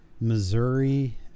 Missouri